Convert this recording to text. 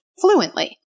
fluently